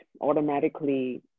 automatically